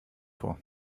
vor